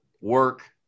work